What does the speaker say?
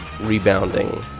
rebounding